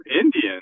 Indian